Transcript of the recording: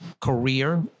career